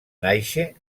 nàixer